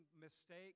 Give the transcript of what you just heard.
mistake